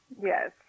yes